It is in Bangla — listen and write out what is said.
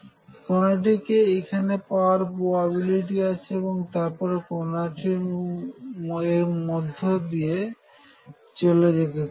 কণাটিকে এইখানে পাওয়ার প্রবাবিলিটি আছে এবং তারপর কনাটি এর মধ্য দিয়ে চলে যেতে পারে